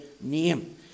name